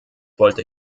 wollte